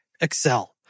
Excel